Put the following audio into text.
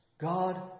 God